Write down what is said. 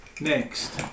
next